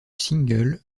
single